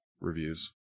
reviews